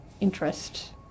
interest